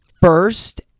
First